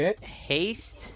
haste